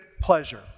pleasure